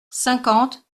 cinquante